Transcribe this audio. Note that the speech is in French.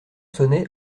sonnait